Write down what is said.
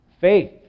Faith